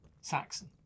saxon